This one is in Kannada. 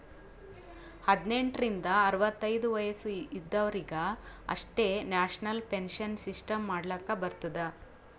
ಹದ್ನೆಂಟ್ ರಿಂದ ಅರವತ್ತೈದು ವಯಸ್ಸ ಇದವರಿಗ್ ಅಷ್ಟೇ ನ್ಯಾಷನಲ್ ಪೆನ್ಶನ್ ಸಿಸ್ಟಮ್ ಮಾಡ್ಲಾಕ್ ಬರ್ತುದ